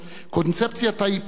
קונספציית ההיפרדות,